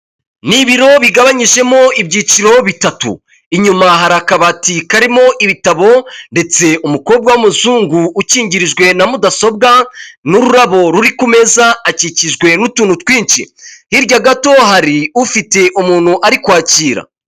Nii ibiro bigabanyijemo ibyiciro bitatu, inyuma hari akabati karimo ibitabo, ndetse umukobwa w'umuzungu ukingirijwe na mudasobwa, n'ururabo ruri ku meza akikijwe n'utuntu twinshi, hirya gato hari ufite umuntu ari kwakira.